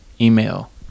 Email